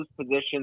positions